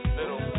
little